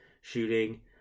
shooting